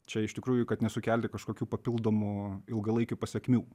čia iš tikrųjų kad nesukelti kažkokių papildomų ilgalaikių pasekmių